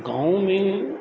गांव में